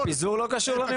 הפיזור לא קשור למימון.